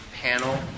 panel